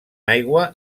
aigua